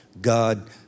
God